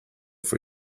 for